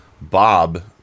Bob